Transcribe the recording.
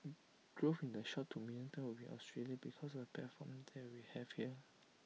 growth in the short to medium term will be in Australia because of the platform that we have here